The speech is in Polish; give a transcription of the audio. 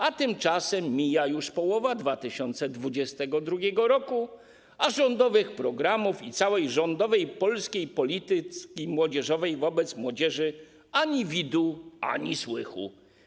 A tymczasem mija już połowa 2022 r., a rządowych programów i całej rządowej polskiej polityki młodzieżowej, wobec młodzieży, ani widu, ani słychu.